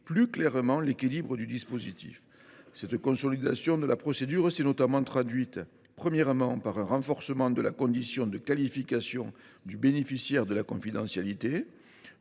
plus clairement l’équilibre du dispositif. Cette consolidation de la procédure s’est traduite, premièrement, par un renforcement de la condition de qualification ouvrant le bénéfice de la confidentialité